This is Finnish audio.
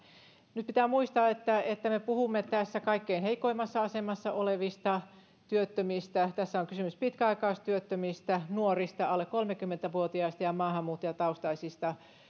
nyt pitää muistaa että että me puhumme tässä kaikkein heikoimmassa asemassa olevista työttömistä tässä on kysymys pitkäaikaistyöttömistä nuorista alle kolmekymmentä vuotiaista ja maahanmuuttajataustaisista